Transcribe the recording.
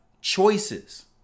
choices